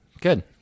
good